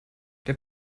der